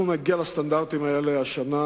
אנחנו נגיע לסטנדרטים האלה השנה,